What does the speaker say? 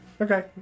Okay